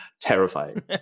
terrifying